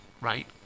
right